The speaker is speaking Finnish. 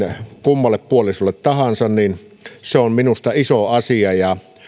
kummalle puolisolle tahansa se on minusta iso asia